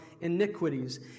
iniquities